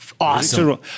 Awesome